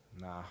Nah